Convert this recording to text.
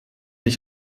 ich